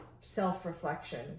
self-reflection